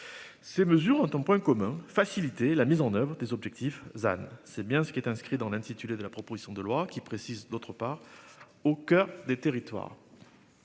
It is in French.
Ces mesures ont un point commun, faciliter la mise en oeuvre des objectifs than c'est bien ce qui est inscrit dans l'intitulé de la proposition de loi qui précise, d'autre part au coeur des territoires.